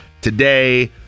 today